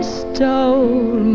stole